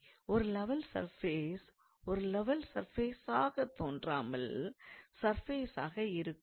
ஒரு level surface ஒரு level சர்ஃபேசாக தோன்றாமல் சர்பேசாக இருக்கும்